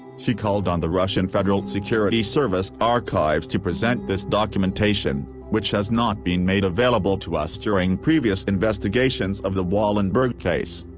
she called on the russian federal security service archives to present this documentation, which has not been made available to us during previous investigations of the wallenberg case.